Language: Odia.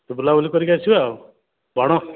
ବୁଲା ବୁଲି କରିକି ଆସିବା ଆଉ ବଣ